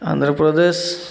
Andhra Pradesh